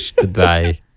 goodbye